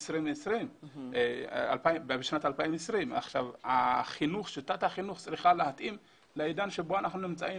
2020. שיטת החינוך צריכה להתאים לעידן בו אנחנו חיים.